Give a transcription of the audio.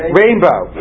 rainbow